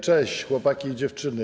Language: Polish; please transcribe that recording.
Cześć, chłopaki i dziewczyny!